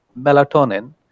melatonin